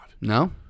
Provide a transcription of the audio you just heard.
No